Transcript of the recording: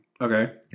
Okay